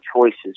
choices